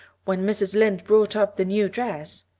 when mrs. lynde brought up the new dress.